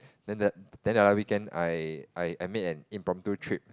then the then the other weekend I I made an impromptu trip